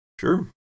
Sure